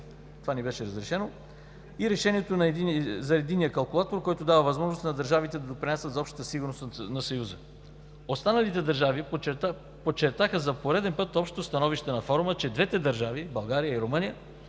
това ни беше разрешено, и решението за единния калкулатор, който дава възможност на държавите да допринасят за общата сигурност на Съюза. Останалите държави подчертаха за пореден път общото становище на форума, че двете държави – България и Румъния,